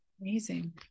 amazing